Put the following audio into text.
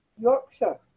Yorkshire